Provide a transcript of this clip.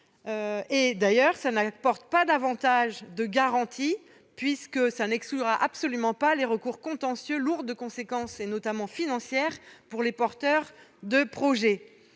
d'ailleurs pas davantage de garanties, puisqu'elle n'exclura absolument pas les recours contentieux lourds de conséquences, notamment financières, pour les porteurs de projet.